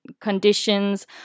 conditions